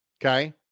Okay